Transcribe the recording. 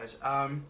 guys